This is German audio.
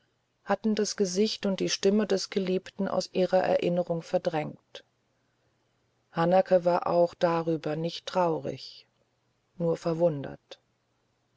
hatten das gesicht und die stimme des geliebten aus ihrer erinnerung verdrängt hanake war auch darüber nicht traurig nur verwundert